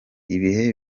ibihe